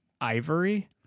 ivory